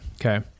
Okay